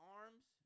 arms